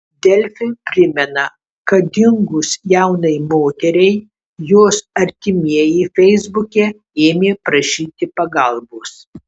delfi primena kad dingus jaunai moteriai jos artimieji feisbuke ėmė prašyti pagalbos